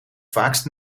vaakst